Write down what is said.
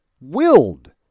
willed